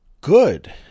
good